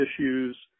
issues